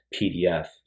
pdf